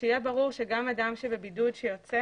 שיהיה ברור שגם אדם שהוא בבידוד והוא יוצא,